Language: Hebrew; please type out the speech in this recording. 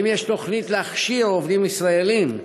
האם יש תוכנית להכשיר עובדים ישראלים?